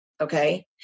Okay